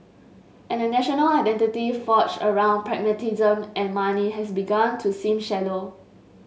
and a national identity forged around pragmatism and money has begun to seem shallow